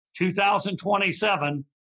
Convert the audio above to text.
2027